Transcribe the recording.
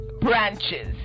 branches